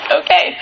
okay